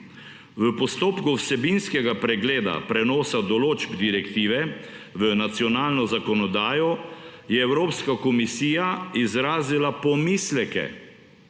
V postopku vsebinskega pregleda prenosa določb direktive v nacionalno zakonodajo je Evropska komisija izrazila pomisleke